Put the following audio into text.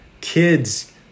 kids